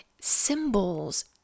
symbols